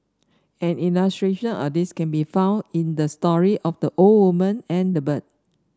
an illustration of this can be found in the story of the old woman and the bird